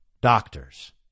Doctors